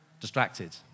distracted